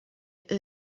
urge